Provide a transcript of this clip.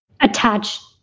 attach